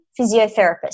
physiotherapist